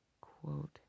Quote